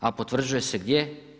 A potvrđuje se gdje?